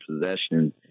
possession